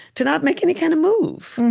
to not make any kind of move,